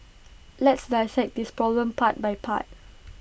let's dissect this problem part by part